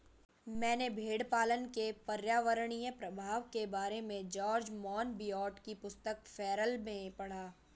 मैंने भेड़पालन के पर्यावरणीय प्रभाव के बारे में जॉर्ज मोनबियोट की पुस्तक फेरल में पढ़ा